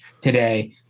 today